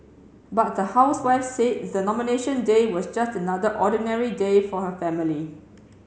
but the housewife said the Nomination Day was just another ordinary day for her family